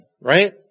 right